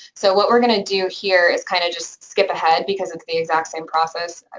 so what we're gonna do here is kind of just skip ahead because it's the exact same process,